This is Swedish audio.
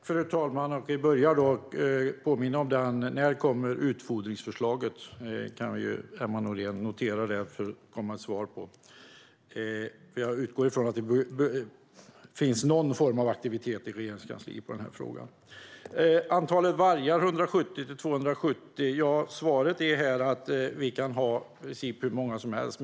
Fru talman! Jag börjar med att påminna om den. När kommer utfodringsförslaget? Emma Nohrén kan notera det och komma med ett svar. Jag utgår ifrån att finns någon form av aktivitet i Regeringskansliet om den frågan. Jag frågade om beslutet om 170-270 vargar. Svaret är här att vi kan ha i princip hur många som helst.